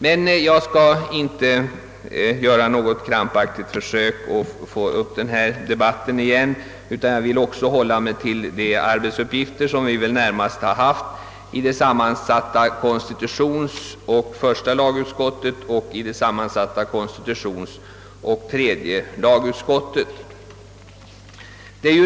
Men jag skall inte göra något försök att ta upp en ny debatt på den punkten, utan vill hålla mig till de uppgifter som vi närmast haft i det sammansatta konstitutionsoch första lagutskottet och i det sammansatta konstitutionsoch tredje lagutskottet.